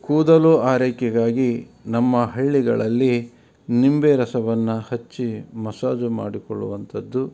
ಕೂದಲು ಆರೈಕೆಗಾಗಿ ನಮ್ಮ ಹಳ್ಳಿಗಳಲ್ಲಿ ನಿಂಬೆ ರಸವನ್ನು ಹಚ್ಚಿ ಮಸಾಜು ಮಾಡಿಕೊಳ್ಳುವಂಥದ್ದು